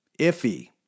iffy